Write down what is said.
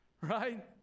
Right